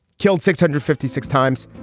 killed six hundred fifty six times.